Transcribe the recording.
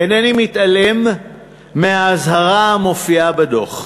אינני מתעלם מהאזהרה המופיעה בדוח,